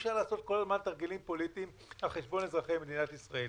ואי-אפשר לעשות כל הזמן תרגילים פוליטיים על חשבון אזרחי מדינת ישראל.